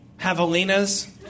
javelinas